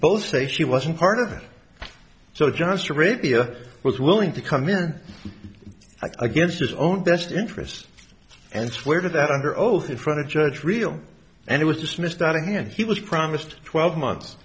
both say she wasn't part of the so just arabia was willing to come in i guess his own best interest and swear to that under oath in front of judge real and it was dismissed out of hand he was promised twelve months